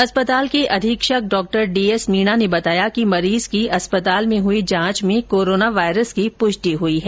अस्पताल के अधीक्षक डॉ डीएस मीणा ने बताया कि मरीज की अस्पताल में हुई जांच में कोरोना वायरस की पुष्टि हुई है